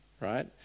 right